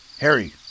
Harry